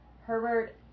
Herbert